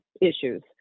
issues